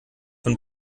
von